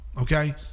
okay